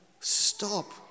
stop